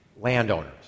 landowners